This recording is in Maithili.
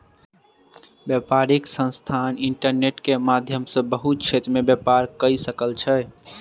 व्यापारिक संस्थान इंटरनेट के माध्यम सॅ बहुत क्षेत्र में व्यापार कअ सकै छै